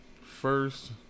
first